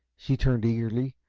she turned eagerly,